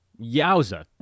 Yowza